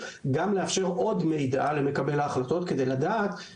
וגם אם למשל חייל הצטרך פריסת תשלומים,